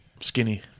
skinny